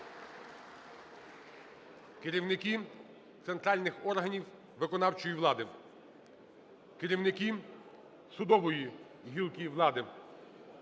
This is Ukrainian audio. керівники центральних органів виконавчої влади, керівники судової гілки влади,